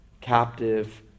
captive